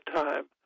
time